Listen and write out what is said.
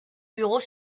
bureau